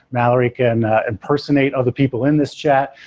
malory can impersonate other people in this chat,